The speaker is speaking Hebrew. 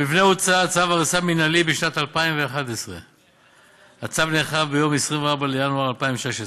למבנה הוצא צו הריסה מינהלי בשנת 2011. הצו נאכף ביום 24 בינואר 2016,